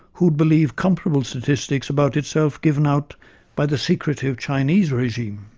who would believe comparable statistics about itself given out by the secretive chinese regime?